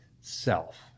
self